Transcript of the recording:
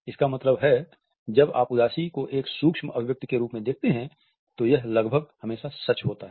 इसका मतलब है जब आप उदासी को एक सूक्ष्म अभिव्यक्ति के रूप में देखते हैं तो यह लगभग हमेशा सच होता है